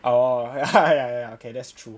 orh okay ya ya ya okay that's true